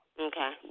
Okay